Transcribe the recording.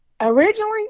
Originally